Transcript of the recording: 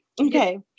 okay